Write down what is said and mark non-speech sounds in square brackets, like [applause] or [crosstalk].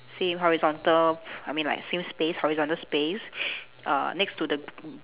same horizontal I mean like same space horizontal space [noise] err next to the [noise]